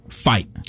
fight